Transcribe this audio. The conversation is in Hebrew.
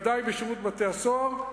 בוודאי בשירות בתי-הסוהר,